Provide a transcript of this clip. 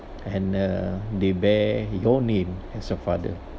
and uh they bear your name as your father